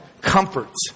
comforts